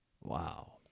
Wow